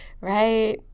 Right